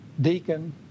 deacon